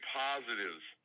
positives